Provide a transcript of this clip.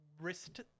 wrist